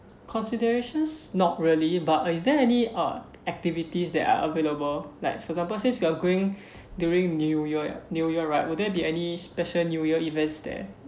considerations not really but is there any uh activities that are available like for example since we are going during new year new year right will there be any special new year events there